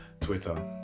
Twitter